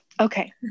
Okay